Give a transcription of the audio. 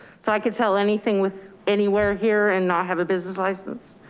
so i could sell anything with anywhere here and not have a business license.